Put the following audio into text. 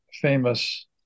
famous